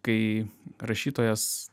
kai rašytojas